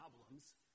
problems